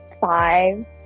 five